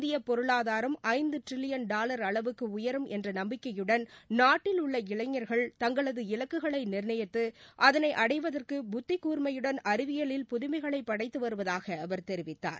இந்திய பொருளாதாரம் ஐந்து ட்ரில்லியன் டாலர் அளவுக்கு உயரும் என்ற நம்பிக்கையுடன் நாட்டில் உள்ள இளைஞர்கள் தங்களது இலக்குகளை நிர்ணயித்து அதளை அடைவதற்கு புத்தி கூர்ஸ்யுடன் அறிவியலில் புதுமைகளைப் படைத்து வருவதாக அவர் தெரிவித்தார்